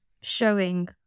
showing